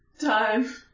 Time